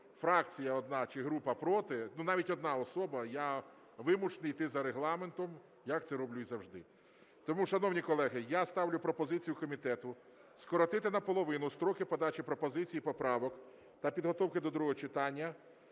фракція одна чи група проти, навіть одна особа, я вимушений іти за Регламентом, як це і роблю завжди. Тому, шановні колеги, я ставлю пропозицію комітету скоротити наполовину строки подачі пропозицій і поправок та підготовки до другого читання